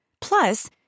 Plus